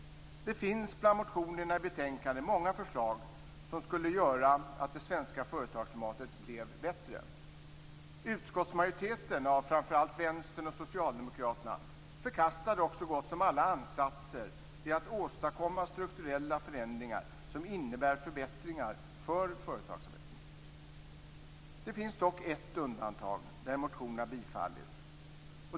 Det finns bland motionerna i betänkandet många förslag som skulle göra att det svenska företagsklimatet blev bättre. Utskottsmajoriteten, framför allt Vänstern och Socialdemokraterna, förkastade så gott som alla ansatser till att åstadkomma strukturella förändringar som innebär förbättringar för företagsamheten. Det finns dock ett undantag där en motion har tillstyrkts.